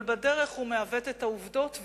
אבל בדרך הוא מעוות את העובדות,